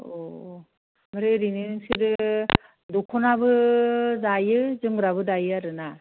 औ औ ओमफ्राय ओरैनो नोंसोरो दख'नाबो दायो जोमग्राबो दायो आरोना